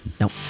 Nope